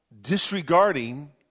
disregarding